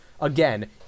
again